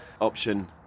option